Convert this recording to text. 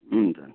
हुन्छ